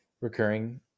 recurring